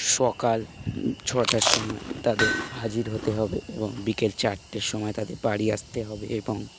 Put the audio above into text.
সকাল ছটার সময় তাদের হাজির হতে হবে এবং বিকেল চারটের সময় তাদের বাড়ি আসতে হবে এবং